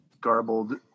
garbled